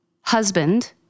husband